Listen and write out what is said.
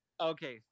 Okay